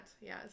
Yes